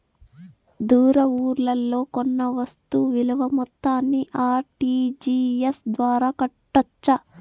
దూర ఊర్లలో కొన్న వస్తు విలువ మొత్తాన్ని ఆర్.టి.జి.ఎస్ ద్వారా కట్టొచ్చా?